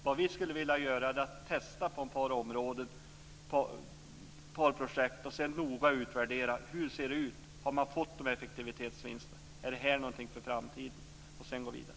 Vad vi skulle vilja göra är att testa på ett par projekt och sedan noga utvärdera hur det ser ut: Har man fått effektivitetsvinster? Är det här någonting för framtiden? Sedan kan man gå vidare.